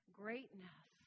greatness